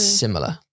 similar